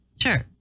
Sure